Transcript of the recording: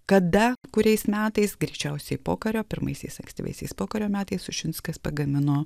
kada kuriais metais greičiausiai pokario pirmaisiais ankstyvaisiais pokario metais ušinskas pagamino